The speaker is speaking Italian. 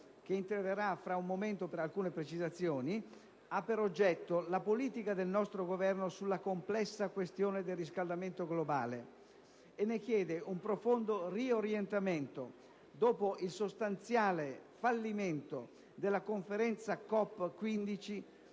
che interverrà fra un momento per alcune precisazioni - ha per oggetto la politica del nostro Governo sulla complessa questione del riscaldamento globale, e ne chiede un profondo riorientamento dopo il sostanziale fallimento della Conferenza COP